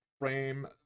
frame